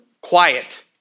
quiet